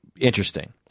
interesting